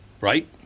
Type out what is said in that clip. Right